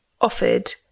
offered